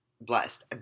blessed